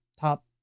top